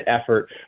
effort